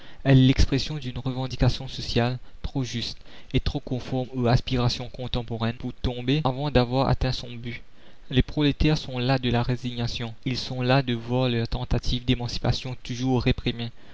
l'expression d'une revendication sociale trop juste et trop conforme aux aspirations contemporaines pour tomber avant d'avoir atteint son but les prolétaires sont las de la résignation ils sont las de voir leurs tentatives d'émancipation toujours réprimées